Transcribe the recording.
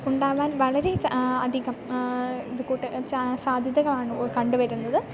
ഉണ്ടാവാൻ വളരെ അധികം ഇത് കൂട്ട് സാധ്യതകളാണ് കണ്ടുവരുന്നത്